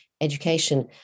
education